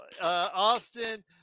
Austin